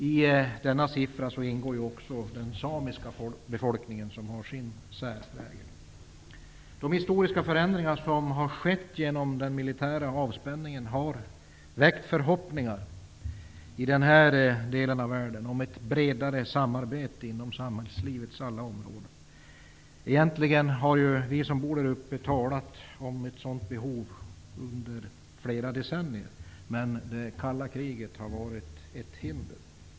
I denna siffra ingår också den samiska befolkningen. Den har sin särprägel. De historiska förändringar som har skett genom den militära avspänningen har väckt förhoppningar i den här delen av världen om ett bredare samarbete inom samhällslivets alla områden. Egentligen har vi som bor där uppe talat om behovet av ett sådant samarbete under flera decennier, men det kalla kriget har varit ett hinder.